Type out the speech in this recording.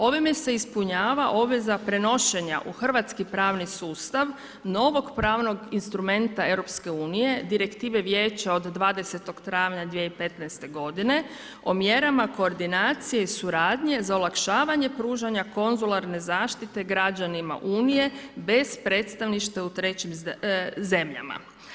Ovime se ispunjava obveza prenošenja u hrvatski pravni sustav, novog pravnog instrumenta EU-a, direktive Vijeća od 20. travnja 2015. godine o mjerama koordinacije i suradnje za olakšavanje pružanja konzularne zaštite građanima Unije bez predstavništva u trećim zemljama.